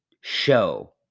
show